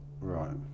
Right